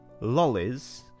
lollies